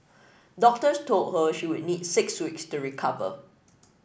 doctors told her she would need six weeks to recover